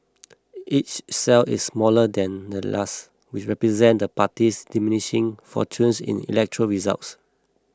each cell is smaller than the last which represent the party's diminishing fortunes in electoral results